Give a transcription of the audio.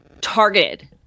targeted